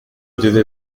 devais